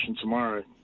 tomorrow